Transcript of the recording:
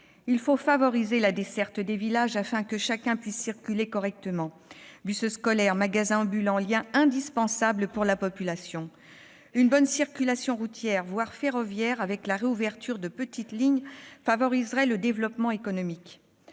Il faut favoriser la desserte des villages afin que chacun puisse circuler correctement : les bus scolaires et les magasins ambulants sont autant de liens indispensables pour la population. Une bonne circulation routière, voire ferroviaire, avec la réouverture de petites lignes, favoriserait le développement économique.